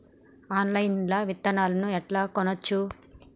Online లా విత్తనాలను ఎట్లా కొనచ్చు?